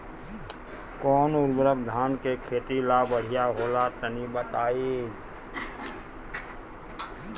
कौन उर्वरक धान के खेती ला बढ़िया होला तनी बताई?